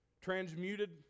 Transmuted